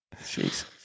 Jeez